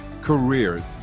career